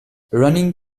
running